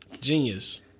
Genius